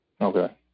Okay